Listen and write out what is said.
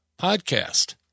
podcast